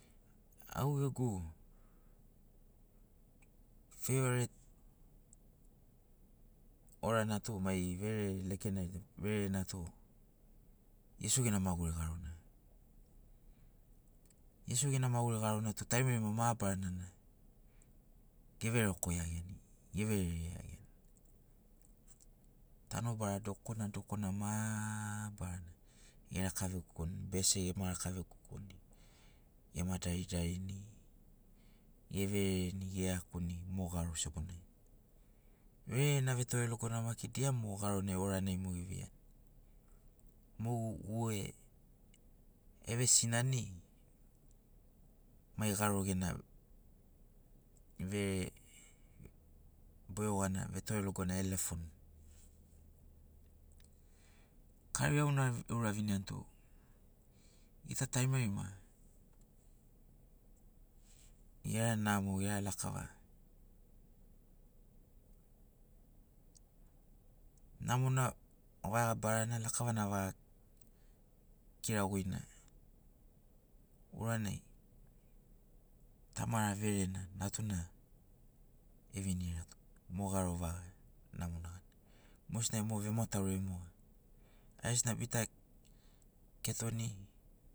Au ḡeḡu feivaret orana tu mai verere lekenai vererena tu iesu ḡena maḡuri ḡarona iesu ḡena ḡaguri ḡarona tu tarimarima mabarana na everekoiaḡiani everereiaḡiani tanobara dokona dokona maaaaabarana eraka vegogoni bese ema raka vegogoni ema daridarini everereni eiakuni mo ḡaro sebonai vererena vetorelogona maki dia mo ḡaronai oranai eveiani mo wue eve sinani mai ḡaro ḡena verere boeoḡana vetorelogona elefoni karai auna auraviniani tu ḡita tarimarima ḡera namo ḡera lakava namona vaḡa barana lakavana vaḡa kiraḡoina uranai tamara verena natuna evinirato mo ḡaro vaḡa namona ḡana moḡesina mo vemataurai moḡa aiḡesina bita ketoni